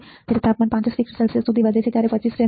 • જ્યારે તાપમાન 35 degree Celsius સુધી વધે ત્યારે 25 સે